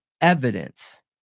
evidence